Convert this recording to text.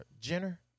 Jenner